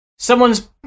Someone's